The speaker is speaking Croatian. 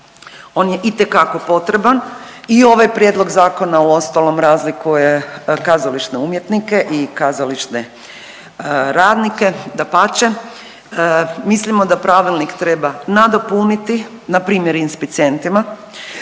On je itekako potreba i ovaj prijedlog zakona uostalom razlikuje kazališne umjetnike i kazališne radnike. Dapače, mislimo da pravilnik treba nadopuniti npr. inspicijentima